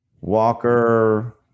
Walker